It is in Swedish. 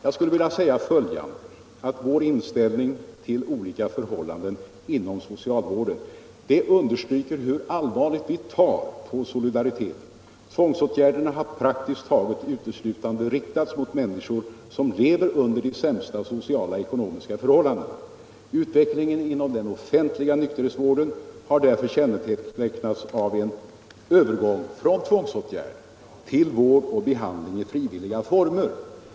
Jag skulle vilja säga att vår inställning till olika förhållanden inom socialvården understryker hur allvarligt vi tar på solidariteten. Tvångsåtgärderna har praktiskt taget uteslutande riktats mot människor som lever under de sämsta ekonomiska och sociala förhållandena. Utvecklingen inom den offentliga nykterhetsvården har därför kännetecknats av en övergång från tvångsåtgärder till vård och behandling i frivilliga former.